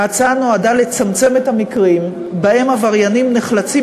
ההצעה נועדה לצמצם את המקרים שבהם עבריינים נחלצים